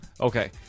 Okay